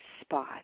spot